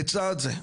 לצד זה,